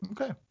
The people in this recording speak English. Okay